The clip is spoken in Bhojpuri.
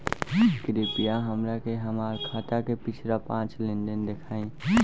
कृपया हमरा के हमार खाता के पिछला पांच लेनदेन देखाईं